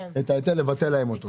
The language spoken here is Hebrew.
הם מבקשים שיבטלו להם את ההיטל.